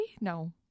No